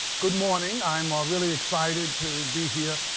good morning. i'm ah really excited to be here.